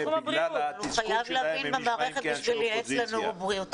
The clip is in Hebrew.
בגלל התסכול שלהם הם נשמעים כאנשי אופוזיציה.